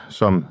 som